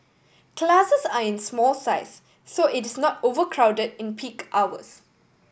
classes are in small size so it is not overcrowded in peak hours